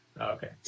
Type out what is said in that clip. Okay